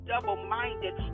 double-minded